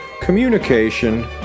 communication